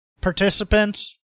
participants